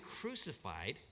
crucified